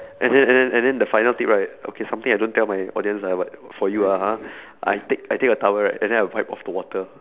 and then and then and then the final thing right okay something I don't tell my audience lah but for you ah ha I take I take a towel right and then I wipe off the water